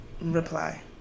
Reply